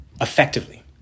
effectively